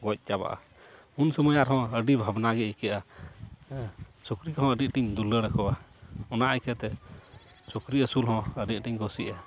ᱜᱚᱡ ᱪᱟᱵᱟᱜᱼᱟ ᱩᱱ ᱥᱚᱢᱚᱭ ᱟᱨᱦᱚᱸ ᱟᱹᱰᱤ ᱵᱷᱟᱵᱽᱱᱟ ᱜᱮ ᱟᱹᱭᱠᱟᱹᱜᱼᱟ ᱦᱮᱸ ᱥᱩᱠᱨᱤ ᱠᱚᱦᱚᱸ ᱟᱹᱰᱤ ᱟᱸᱴᱤᱧ ᱫᱩᱞᱟᱹᱲ ᱟᱠᱚᱣᱟ ᱚᱱᱟ ᱤᱭᱟᱹᱛᱮ ᱥᱩᱠᱨᱤ ᱟᱹᱥᱩᱞ ᱦᱚᱸ ᱟᱹᱰᱤ ᱟᱸᱴᱤᱧ ᱠᱩᱥᱤᱜᱼᱟ